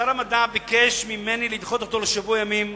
שר המדע ביקש ממני לדחות אותו בשבוע ימים.